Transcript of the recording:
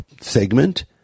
segment